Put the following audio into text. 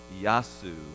Yasu